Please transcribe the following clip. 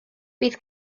bydd